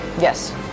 yes